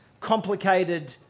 complicated